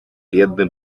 biedny